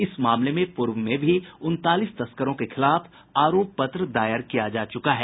इस मामले में पूर्व में भी उनतालीस तस्करों के खिलाफ आरोप पत्र दायर किया जा चुका है